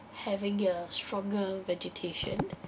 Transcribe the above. having a stronger vegetation